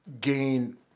gain